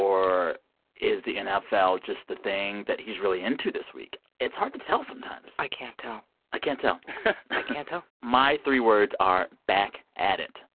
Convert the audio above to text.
or is the nfl just the thing that he's really into this week? it's hard to tell sometimes i can't tell i can't tell i can't tell my three words are, back at it.